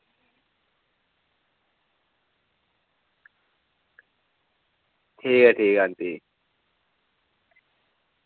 ठीक ऐ ठीक ऐ आंटी